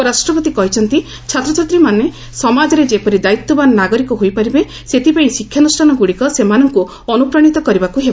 ଉପରାଷ୍ଟ୍ରପତି କହିଛନ୍ତି ଛାତ୍ରଛାତ୍ରୀମାନେ ସମାଜରେ ଯେପରି ଦାୟିତ୍ୱବାନ ନାଗରିକ ହୋଇପାରିବେ ସେଥିପାଇଁ ଶିକ୍ଷାନ୍ରଷ୍ଠାନଗ୍ରଡିକ ସେମାନଙ୍କୁ ଅନୁପ୍ରାଣିତ କରିବାକୁ ହେବ